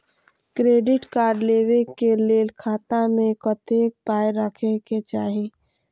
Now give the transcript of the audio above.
Credit card लेबै के लेल खाता मे कतेक पाय राखै के चाही?